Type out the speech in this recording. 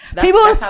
People